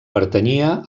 pertanyia